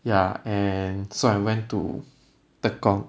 ya and so I went to tekong